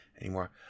anymore